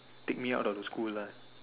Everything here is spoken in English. take me out of the school lah